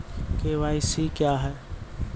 KYC क्या हैं?